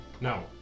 No